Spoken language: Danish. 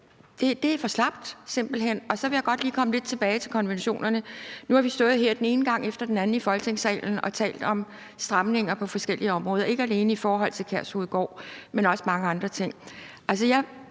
Det er for slapt simpelt hen. Så vil jeg godt lige komme lidt tilbage til konventionerne. Nu har vi stået her den ene gang efter den anden i Folketingssalen og talt om stramninger på forskellige områder, ikke alene i forhold til Kærshovedgård, men også mange andre ting.